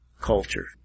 culture